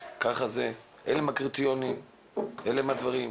ככה זה, אלה הם הקריטריונים, אלה הם הדברים.